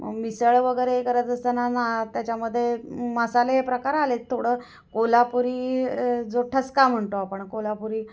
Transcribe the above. मिसळ वगैरे हे करत असताना ना त्याच्यामध्ये मसाले हे प्रकार आले आहेत थोडं कोल्हापुरी जो ठसका म्हणतो आपण कोल्हापुरी